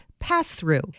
pass-through